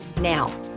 Now